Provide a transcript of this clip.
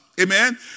Amen